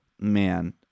man